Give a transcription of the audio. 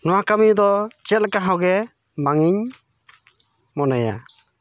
ᱱᱚᱣᱟ ᱠᱟᱹᱢᱤ ᱫᱚ ᱪᱮᱫ ᱞᱮᱠᱟ ᱦᱚᱸᱜᱮ ᱵᱟᱝᱤᱧ ᱢᱚᱱᱮᱭᱟ